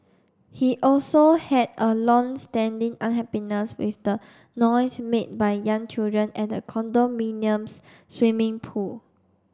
he also had a long standing unhappiness with the noise made by young children at the condominium's swimming pool